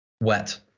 wet